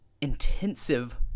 intensive